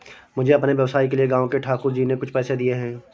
मुझे अपने व्यवसाय के लिए गांव के ठाकुर जी ने कुछ पैसे दिए हैं